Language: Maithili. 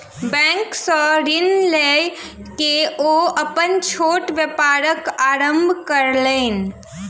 बैंक सॅ ऋण लय के ओ अपन छोट व्यापारक आरम्भ कयलैन